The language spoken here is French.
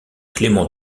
clément